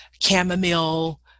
chamomile